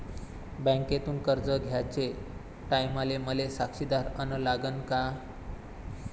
बँकेतून कर्ज घ्याचे टायमाले मले साक्षीदार अन लागन का?